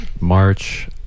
March